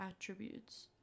attributes